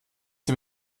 sie